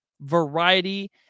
variety